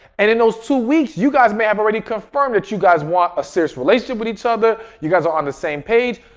and in those two weeks, you guys may have already confirmed that you guys want a serious relationship with each other. you guys are on the same page.